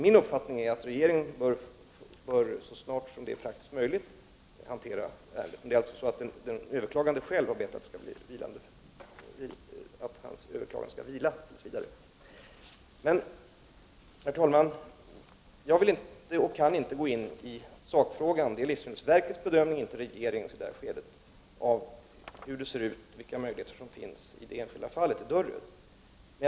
Min uppfattning är att regeringen så snart som det är praktiskt möjligt bör hantera ärendet. Men det är alltså den överklagande själv som har bett att hans överklagande skall vila tills vidare. Herr talman! Jag vill inte och kan inte gå in i sakfrågan. Det är livsmedelsverket och inte regeringen som i detta skede skall göra en bedömning av hur det ser ut och vilka möjligheter som finns i det enskilda fallet i Dörröd.